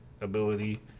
ability